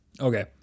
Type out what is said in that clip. Okay